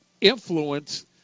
influence